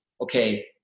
okay